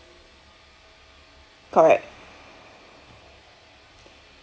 correct